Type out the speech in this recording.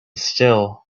still